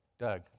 doug